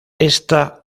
esta